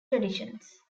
traditions